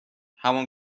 همان